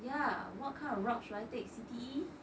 yeah what kind of route should I take C_T_E